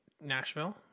Nashville